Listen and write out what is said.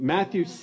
Matthew